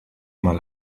mal